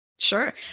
Sure